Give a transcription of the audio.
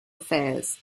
affairs